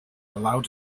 allowed